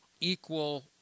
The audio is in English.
equal